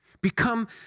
Become